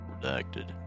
Redacted